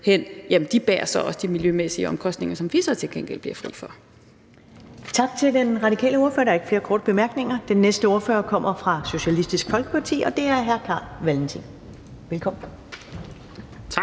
de bærer så også de miljømæssige omkostninger, som vi så til gengæld bliver fri for. Kl. 14:33 Første næstformand (Karen Ellemann): Tak til den radikale ordfører. Der er ikke flere korte bemærkninger. Den næste ordfører kommer fra Socialistisk Folkeparti, og det er hr. Carl Valentin. Velkommen. Kl.